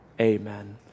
Amen